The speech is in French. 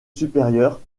supérieure